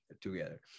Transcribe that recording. together